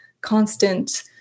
constant